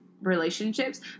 relationships